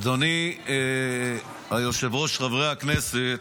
אדוני היושב-ראש, חברי הכנסת,